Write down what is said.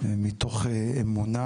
מתוך אמונה